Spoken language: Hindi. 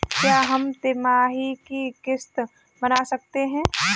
क्या हम तिमाही की किस्त बना सकते हैं?